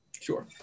Sure